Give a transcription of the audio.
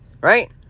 right